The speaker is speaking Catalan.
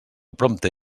prompte